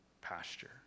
pasture